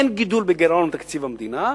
אין גידול בגירעון בתקציב המדינה,